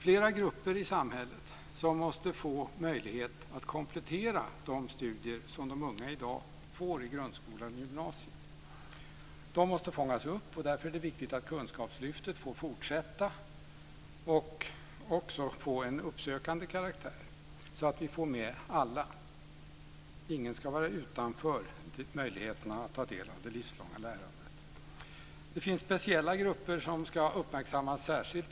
Flera grupper i samhället måste få möjlighet att komplettera de studier som de unga i dag får i grundskola och gymnasium. De måste fångas upp. Därför är det viktigt att Kunskapslyftet får fortsätta och får en uppsökande karaktär, så att vi får med alla. Ingen ska vara utanför möjligheten att ta del av det livslånga lärandet. Det finns speciella grupper som ska uppmärksammas särskilt.